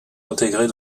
intégrées